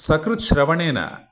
सकृत्श्रवणेन